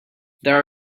there